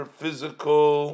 physical